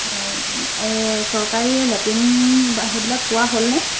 অঁ এই চৰকাৰী লেট্ৰিন বা সেইবিলাক পোৱা হ'লনে